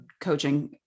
coaching